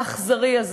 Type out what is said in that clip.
האכזרי הזה,